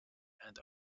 and